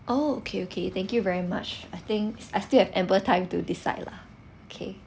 oh okay okay thank you very much I think I still have ample time to decide lah okay